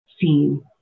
scene